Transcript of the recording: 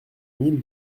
mille